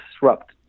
disrupt